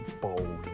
bold